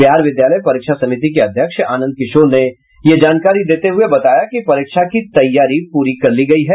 बिहार विद्यालय परीक्षा समिति के अध्यक्ष आनंद किशोर ने यह जानकारी देते हुये बताया कि परीक्षा की तैयारियां पूरी कर ली गयी है